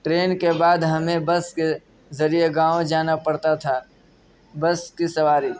train کے بعد ہمیں بس کے ذریعے گاؤں جانا پڑتا تھا بس کی سواری